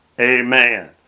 amen